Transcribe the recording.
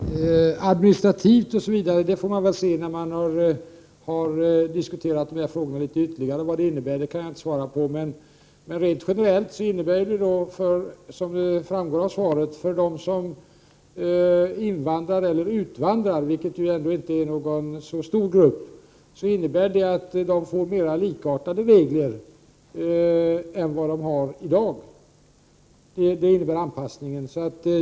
Herr talman! Vad det innebär administrativt får vi väl se när vi diskuterat dessa frågor ytterligare. Jag kan inte svara på frågan nu. Rent generellt innebär anpassningen, som framgår av svaret, för dem som invandrar eller utvandrar, vilket ju inte är en så stor grupp, att de får mera likartade regler än vad de har i dag.